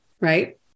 right